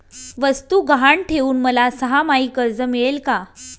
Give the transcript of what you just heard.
वस्तू गहाण ठेवून मला सहामाही कर्ज मिळेल का?